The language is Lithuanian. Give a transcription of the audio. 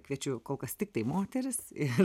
kviečiu kol kas tiktai moteris ir